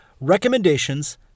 Recommendations